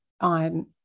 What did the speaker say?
on